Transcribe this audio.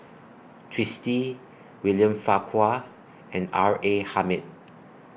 Twisstii William Farquhar and R A Hamid